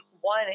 one